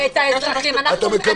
מה